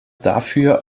dafür